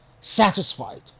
satisfied